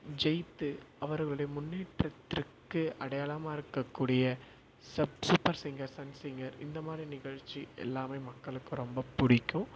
ஜெயித்து அவர்களுடைய முன்னேற்றத்திற்கு அடையாளமாக இருக்கக்கூடிய சப் சூப்பர் சிங்கர் சன் சிங்கர் இந்த மாதிரி நிகழ்ச்சி எல்லாமே மக்களுக்கு ரொம்ப பிடிக்கும்